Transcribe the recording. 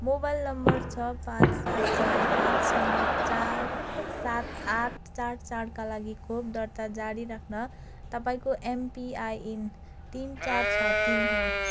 mobile number छ पाँच सात चार पाँच शून्य चार सात आठ चार चारका लागि खोप दर्ता जारी राख्न तपाईँँको एमपिआइएन तिन चार छ तिन हो